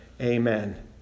Amen